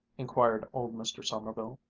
inquired old mr. sommerville,